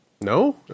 no